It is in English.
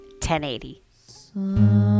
1080